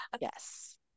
Yes